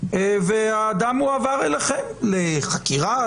והאדם הועבר אליכם לחקירה,